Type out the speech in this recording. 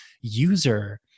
user